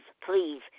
please